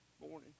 morning